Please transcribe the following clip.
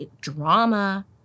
drama